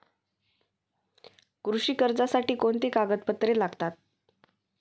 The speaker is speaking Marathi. कृषी कर्जासाठी कोणती कागदपत्रे लागतात?